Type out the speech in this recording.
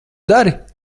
dari